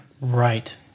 Right